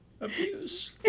Abuse